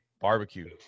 barbecue